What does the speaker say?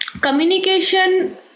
communication